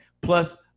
Plus